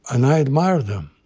and i admire them.